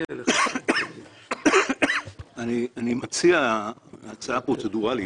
אני מציע הצעה פרוצדורלית.